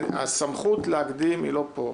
הסמכות להקדים היא לא פה,